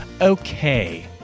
Okay